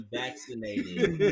vaccinated